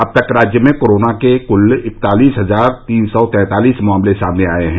अब तक राज्य में कोरोना के क्ल इकतालीस हजार तीन सौ तैंतालीस मामले सामने आए हैं